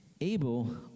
Abel